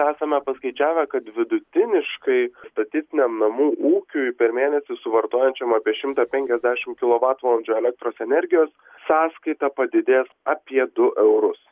esame paskaičiavę kad vidutiniškai statistiniam namų ūkiui per mėnesį suvartojančiam apie šimtą penkiasdešim kilovatvalandžių elektros energijos sąskaita padidės apie du eurus